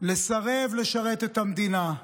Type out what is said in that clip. לסרב לשרת את המדינה,